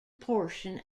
portion